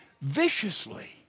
viciously